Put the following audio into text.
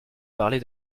parler